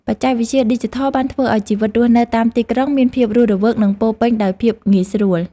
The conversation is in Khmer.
បច្ចេកវិទ្យាឌីជីថលបានធ្វើឱ្យជីវិតរស់នៅតាមទីក្រុងមានភាពរស់រវើក និងពោរពេញដោយភាពងាយស្រួល។